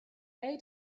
eight